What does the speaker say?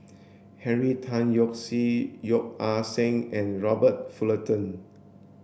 Henry Tan Yoke See Yeo Ah Seng and Robert Fullerton